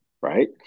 right